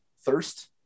thirst